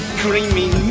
dreaming